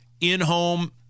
in-home